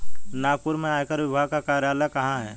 नागपुर में आयकर विभाग का कार्यालय कहाँ है?